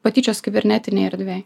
patyčios kibernetinėj erdvėj